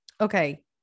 Okay